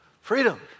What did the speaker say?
Freedom